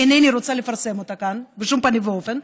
אינני רוצה לפרסם אותה כאן בשום פנים ואופן,